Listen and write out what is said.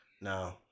no